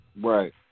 Right